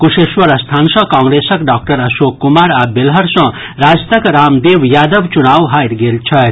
कुशेश्वर स्थान सॅ कांग्रेसक डाक्टर अशोक कुमार आ बेलहर सॅ राजदक रामदेव यादव चुनाव हारि गेल छथि